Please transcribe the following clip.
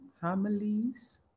families